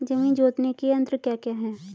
जमीन जोतने के यंत्र क्या क्या हैं?